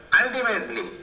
ultimately